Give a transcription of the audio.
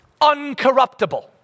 uncorruptible